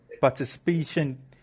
participation